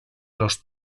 los